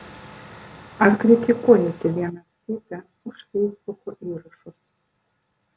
ar kritikuojate vienas kitą už feisbuko įrašus